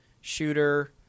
shooter